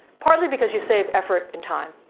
partly because you save effort and time,